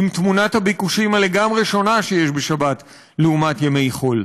עם תמונת הביקושים השונה לגמרי שיש בשבת לעומת ימי חול.